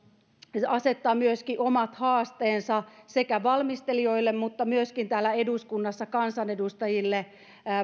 asettaa myöskin omat haasteensa sekä valmistelijoille että myöskin täällä eduskunnassa kansanedustajille